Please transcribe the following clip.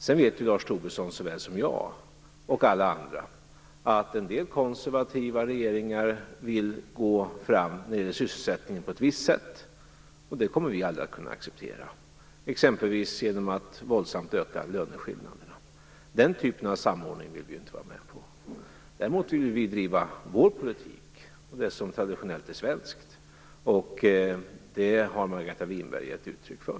Sedan vet Lars Tobisson såväl som jag och alla andra att en del konservativa regeringar vill gå fram när det gäller sysselsättningen på ett visst sätt som vi aldrig kommer att kunna acceptera, exempelvis genom att våldsamt öka löneskillnaderna. Den typen av samordning vill vi inte vara med på. Däremot vill vi driva vår politik och det som traditionellt är svenskt, och det har Margareta Winberg givit uttryck för.